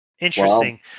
Interesting